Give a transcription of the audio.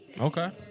Okay